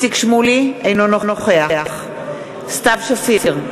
אינו נוכח סתיו שפיר,